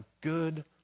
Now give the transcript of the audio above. good